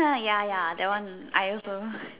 uh ya ya that one I also